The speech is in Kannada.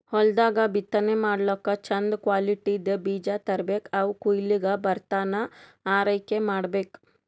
ಹೊಲ್ದಾಗ್ ಬಿತ್ತನೆ ಮಾಡ್ಲಾಕ್ಕ್ ಚಂದ್ ಕ್ವಾಲಿಟಿದ್ದ್ ಬೀಜ ತರ್ಬೆಕ್ ಅವ್ ಕೊಯ್ಲಿಗ್ ಬರತನಾ ಆರೈಕೆ ಮಾಡ್ಬೇಕ್